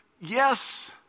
yes